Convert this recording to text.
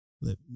Let